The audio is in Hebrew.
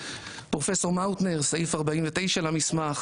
פרופסור מאוטנר סעיף 49 למסמך,